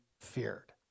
feared